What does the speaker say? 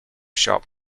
shop